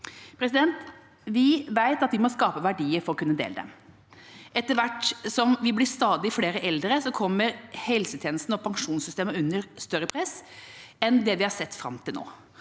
ansvaret. Vi vet at vi må skape verdier for å kunne dele dem. Etter hvert som vi blir stadig flere eldre, kommer helsetjenesten og pensjonssystemet under større press enn det vi har sett fram til nå.